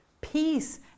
peace